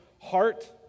heart